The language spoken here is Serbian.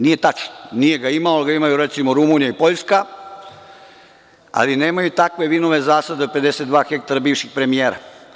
Nije tačno, nije ga imao, ali ga imaju recimo Rumunija i Poljska, ali nemaju takve vinove zasade od 52 ha bivšeg premijera.